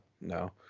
no